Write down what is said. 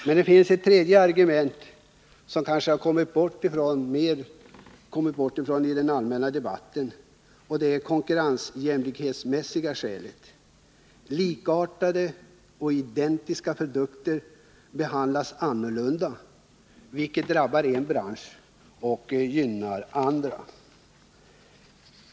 Men det finns ett tredje skäl, som kanske har kommit bort i den allmänna debatten, och det är det konkurrensjämlikhetsmässiga skälet. Likartade och identiska produkter behandlas olika, vilket drabbar en bransch och gynnar andra.